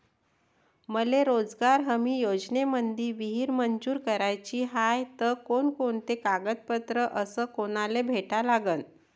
मले रोजगार हमी योजनेमंदी विहीर मंजूर कराची हाये त कोनकोनते कागदपत्र अस कोनाले भेटा लागन?